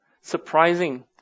surprising